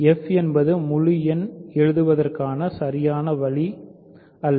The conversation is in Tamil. f என்பது முழு எண் எழுதுவதற்கான சரியான வழி அல்ல